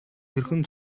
хэрхэн